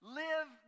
live